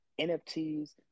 NFTs